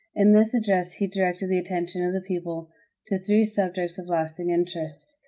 in this address he directed the attention of the people to three subjects of lasting interest.